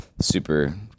super